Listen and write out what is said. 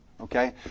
Okay